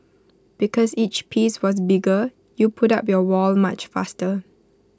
because each piece was bigger you put up your wall much faster